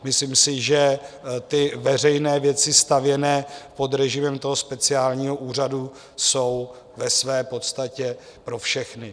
Myslím si, že veřejné věci stavěné pod režimem speciálního úřadu jsou ve své podstatě pro všechny.